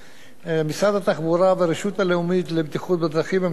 ממשיכים לפעול להפחתת מספר הנפגעים בדרכים.